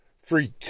Freak